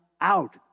out